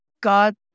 God